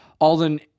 alden